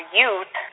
youth